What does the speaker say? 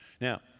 Now